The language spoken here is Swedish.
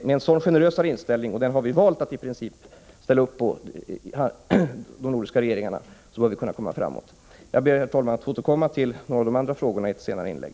Med en sådan generösare inställning bör vi kunna komma framåt, och detta har de nordiska regeringarna i princip ställt upp på. Herr talman! Jag ber att få återkomma till några av de andra frågorna i ett senare inlägg.